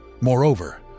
Moreover